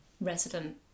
resident